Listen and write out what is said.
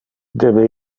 debe